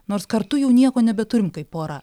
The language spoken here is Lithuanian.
nors kartu jau nieko nebeturim kaip pora